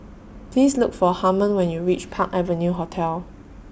Please Look For Harmon when YOU REACH Park Avenue Hotel